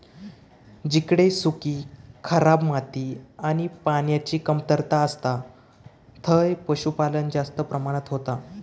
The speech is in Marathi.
जिकडे सुखी, खराब माती आणि पान्याची कमतरता असता थंय पशुपालन जास्त प्रमाणात होता